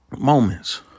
moments